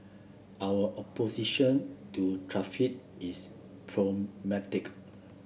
our opposition to is pragmatic